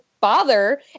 father